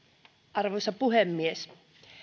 arvoisa puhemies